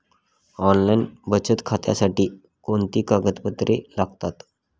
Online बचत खात्यासाठी कोणती कागदपत्रे लागतात?